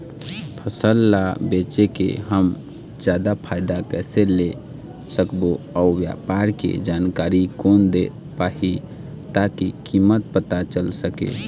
फसल ला बेचे के हम जादा फायदा कैसे ले सकबो अउ व्यापार के जानकारी कोन दे पाही ताकि कीमत पता चल सके?